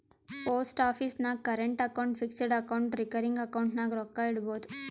post office ನಾಗ್ current account, fixed account, recurring account ನಾಗ್ ರೊಕ್ಕಾ ಇಡ್ಬೋದ್